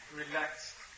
relaxed